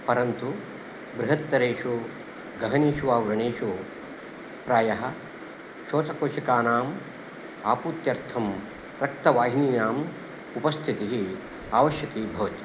परन्तु बृहत्तरेषु गहनेषु वा व्रणेषु प्रायः शोथकोशिकानाम् आपूर्त्यर्थं रक्तवाहिनीनाम् उपस्थितिः आवश्यकी भवति